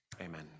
Amen